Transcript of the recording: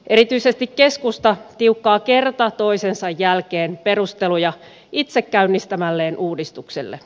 erityisesti keskusta tiukkaa kerta toisensa jälkeen perusteluja itse käynnistämälleen uudistukselle